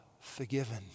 forgiven